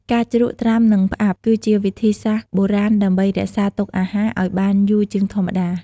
ការជ្រក់ ត្រាំ និងផ្អាប់ គឺជាវិធីសាស្ត្របុរាណដើម្បី រក្សាទុកអាហារ ឲ្យបានយូរជាងធម្មតា។